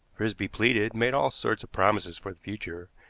frisby pleaded, made all sorts of promises for the future,